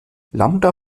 lambda